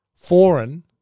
Foreign